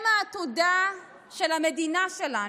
הם העתודה של המדינה שלנו.